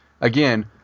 again